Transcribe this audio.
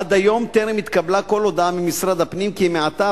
עד היום טרם התקבלה כל הודעה ממשרד הפנים כי מעתה